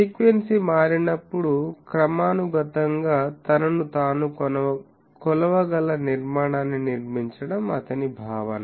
frequency మారినప్పుడు క్రమానుగతంగా తనను తాను కొలవగల నిర్మాణాన్ని నిర్మించడం అతని భావన